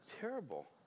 terrible